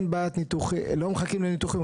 לא מחכים לניתוחים?